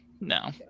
No